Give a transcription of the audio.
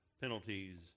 penalties